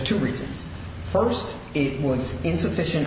two reasons first it was insufficient